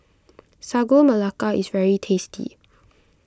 Sagu Melaka is very tasty